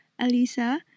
alisa